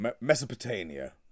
Mesopotamia